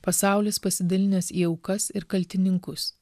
pasaulis pasidalinęs į aukas ir kaltininkus